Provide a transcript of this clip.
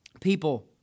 people